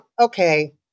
Okay